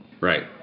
Right